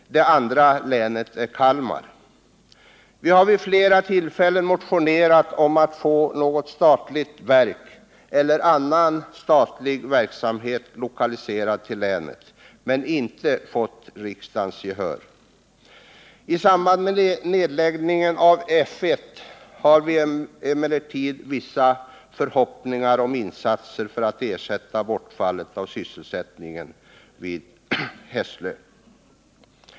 Det andra länet är Kalmar. Vi har vid flera tillfällen motionerat om att få något statligt verk eller någon annan statlig verksamhet lokaliserad till länet, men vi har inte fått riksdagens gehör. I samband med nedläggningen av F 1 finns emellertid förhoppningar om insatser för att ersätta bortfallet av sysselsättningen vid Hesslö.